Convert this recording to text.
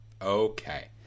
Okay